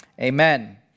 Amen